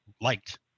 liked